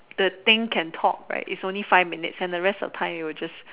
the thing can talk right is only five minutes and the rest of time it will just